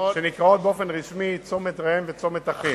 שנקראים באופן רשמי צומת-ראם וצומת-אחים.